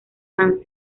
han